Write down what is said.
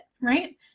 Right